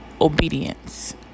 Obedience